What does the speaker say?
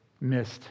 missed